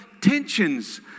Tensions